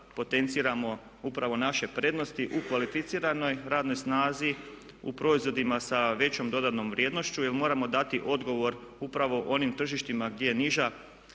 potenciramo upravo naše prednosti u kvalificiranoj radnoj snazi, u proizvodima sa većom dodanom vrijednošću jer moramo dati odgovor upravo onim tržištima gdje je niža